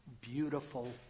beautiful